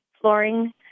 flooring